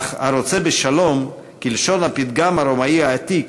אך הרוצה בשלום כלשון הפתגם הרומאי העתיק,